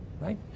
right